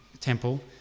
temple